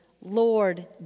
Lord